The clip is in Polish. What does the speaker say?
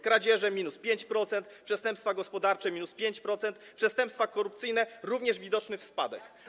kradzieże minus 5%, przestępstwa gospodarcze minus 5%, w przestępstwach korupcyjnych również widoczny spadek.